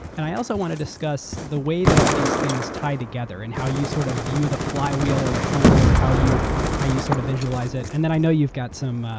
and i also want to discuss the way that all these things tie together and how you sort of view the flywheel or the funnel, or how you how you sort of visualize it. and i know you've got some.